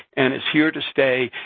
and it's here to stay.